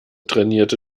trainierte